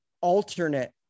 alternate